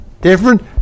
different